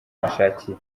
ashakiye